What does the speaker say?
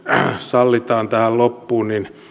sallitaan tähän loppuun